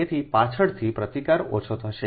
તેથી પાછળથી પ્રતિકાર ઓછો થશે